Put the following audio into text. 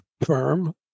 firm